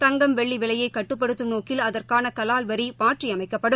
தங்கம் வெள்ளி விலையை கட்டுப்படுத்தும் நோக்கில் அதற்கான கவால் வரி மாற்றியமைக்கப்படும்